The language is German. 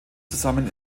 zusammen